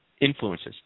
influences